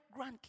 grandkids